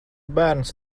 bērns